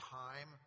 time